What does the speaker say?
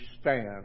stand